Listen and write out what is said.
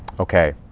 okay,